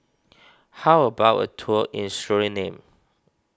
how about a tour in Suriname